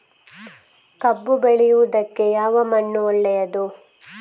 ಕಬ್ಬು ಬೆಳೆಯುವುದಕ್ಕೆ ಯಾವ ಮಣ್ಣು ಒಳ್ಳೆಯದು?